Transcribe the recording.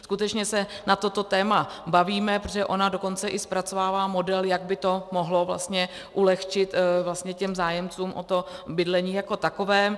Skutečně se na toto téma bavíme, protože ona dokonce i zpracovává model, jak by to mohlo vlastně ulehčit těm zájemcům o bydlení jako takové.